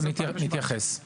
ואז אנחנו צריכים לעשות: